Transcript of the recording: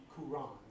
Quran